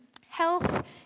health